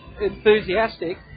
enthusiastic